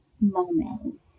moment